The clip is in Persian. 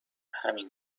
همین